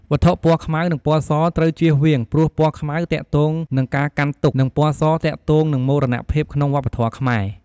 វត្ថុពណ៌ខ្មៅនិងពណ៌ស ត្រូវចៀសវាងព្រោះពណ៌ខ្មៅទាក់ទងនឹងការកាន់ទុក្ខ និងពណ៌សទាក់ទងនឹងមរណភាពក្នុងវប្បធម៌ខ្មែរ។